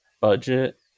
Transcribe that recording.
budget